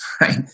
right